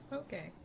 okay